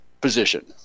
position